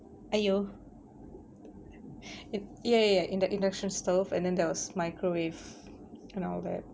!aiyo! in~ ya ya ya in~ induction stove and there was microwave and all that